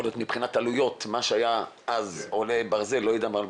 יכול להיות שמבחינת עלויות החומרים עלו יותר.